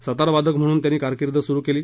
सतार वादक म्हणून त्यांनी कारकिर्द सुरु केली